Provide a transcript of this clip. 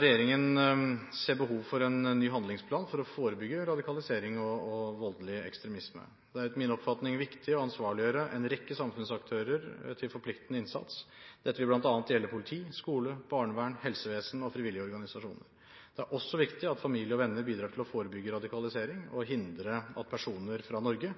regjeringen ser behov for en ny handlingsplan for å forebygge radikalisering og voldelig ekstremisme. Det er etter min oppfatning viktig å ansvarliggjøre en rekke samfunnsaktører til forpliktende innsats. Dette vil bl.a. gjelde politi, skole, barnevern, helsevesen og frivillige organisasjoner. Det er også viktig at familie og venner bidrar til å forebygge radikalisering og hindre at personer fra Norge